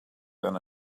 than